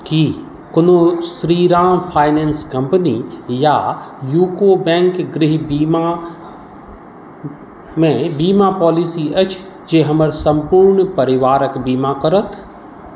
की कोनो Shriram finance company या UCO bank गृह बीमामे बीमा पॉलिसी अछि जे हमर सम्पूर्ण परिवारक बीमा करत